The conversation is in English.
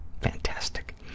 Fantastic